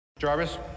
Jarvis